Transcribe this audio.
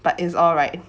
but it's alright